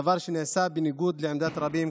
דבר שנעשה בניגוד לעמדת רבים,